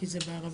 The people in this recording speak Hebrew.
כי זה בערבית,